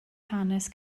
hanes